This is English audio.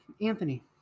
Anthony